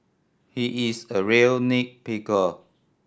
he is a real nit picker